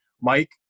Mike